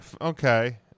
Okay